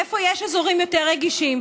איפה יש אזורים יותר רגישים,